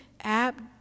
app